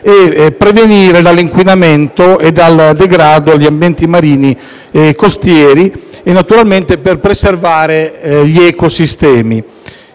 e prevenire dall'inquinamento e dal degrado gli ambienti marini costieri e per preservare gli ecosistemi